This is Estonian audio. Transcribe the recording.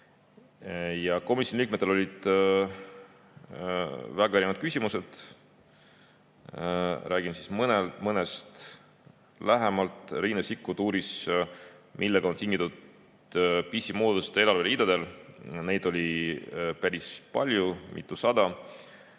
Komisjoni liikmetel olid väga erinevad küsimused. Räägin mõnest lähemalt. Riina Sikkut uuris, millest on tingitud pisimuudatused eelarve ridadel. Neid oli päris palju, mitusada.